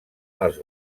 els